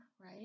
right